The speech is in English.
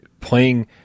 playing